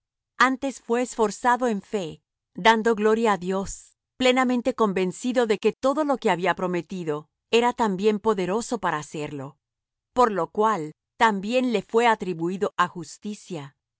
antes fué esforzado en fe dando gloria á dios plenamente convencido de que todo lo que había prometido era también poderoso para hacerlo por lo cual también le fué atribuído á justicia